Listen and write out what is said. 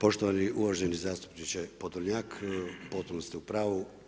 Poštovani uvaženi zastupniče Podolnjak, potpuno ste u pravu.